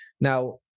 Now